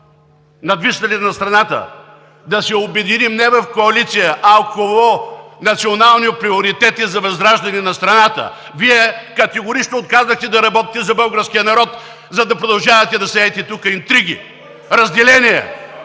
надвиснали над страната, да се обединим не в коалиция, а около национални приоритети за възраждане на страната. Вие категорично отказахте да работите за българския народ, за да продължавате да сеете тук интриги, разделения,